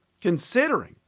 considering